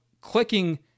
clicking